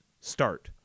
Start